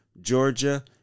Georgia